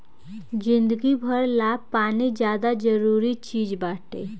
जिंदगी भर ला पानी ज्यादे जरूरी चीज़ बाटे